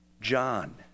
John